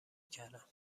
کردم